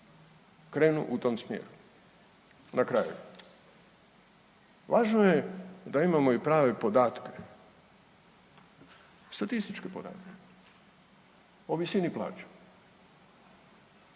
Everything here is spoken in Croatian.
krenu u tom smjeru. Na kraju, važno je da imamo i prave podatke, statističke podatke o visini plaće.